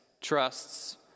trusts